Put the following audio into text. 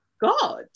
God